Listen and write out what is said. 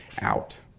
out